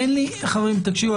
חברים, תקשיבו,